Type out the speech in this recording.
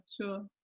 sure